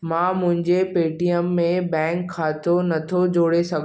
मां मुंहिंजे पेटीएम में बैंक ख़ातो नथो जोड़े स